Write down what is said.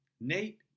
Nate